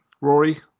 Rory